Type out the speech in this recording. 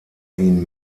ihn